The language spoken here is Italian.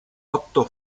otto